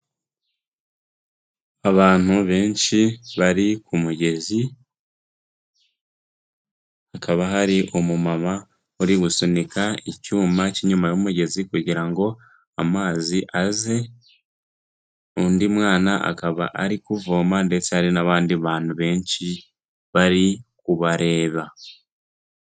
Abantu benshi bari ku mugezi hakaba hari umumama uri gusunika icyuma cyiinyuma y'umugezi kugira ngo amazi aze, undi mwana akaba ari kuvoma ndetse hari n'abandi bantu benshi bari kubareba.